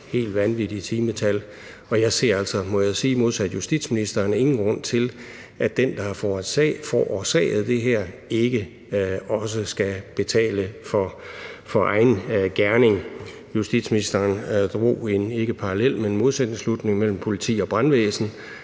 helt vanvittige timetal, og jeg ser altså, må jeg sige, modsat justitsministeren ingen grund til, at den, der har forårsaget det her, ikke også skal betale for egen gerning. Justitsministeren drog ikke en parallel, men en modsætningsslutning mellem politi og brandvæsen,